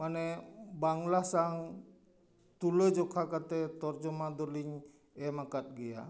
ᱢᱟᱱᱮ ᱵᱟᱝᱞᱟ ᱥᱟᱝ ᱛᱩᱞᱟᱹᱡᱚᱠᱷᱟ ᱠᱟᱛᱮ ᱛᱚᱨᱡᱚᱢᱟ ᱫᱚᱞᱤᱧ ᱮᱢ ᱟᱠᱟᱫ ᱜᱮᱭᱟ